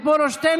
תן